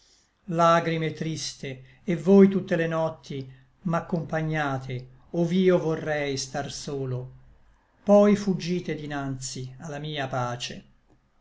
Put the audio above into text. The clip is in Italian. lagrime triste et voi tutte le notti m'accompagnate ov'io vorrei star solo poi fuggite dinanzi a la mia pace